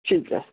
ঠিক আছে